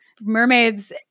mermaids